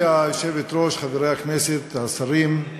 גברתי היושבת-ראש, חברי הכנסת, השרים, כמובן,